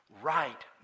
right